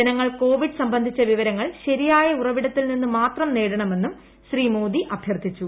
ജനങ്ങൾ കോവിഡ് സംബന്ധിച്ചു വിവരങ്ങൾ ശരിയായ ഉറ വിടത്തിൽ നിന്ന് മാത്രം നേടണമെന്നും ുശ്രീ ്മോദി അഭ്യർത്ഥിച്ചു